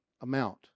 amount